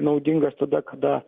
naudingas tada kada